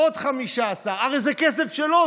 עוד 15%. הרי זה כסף שלו,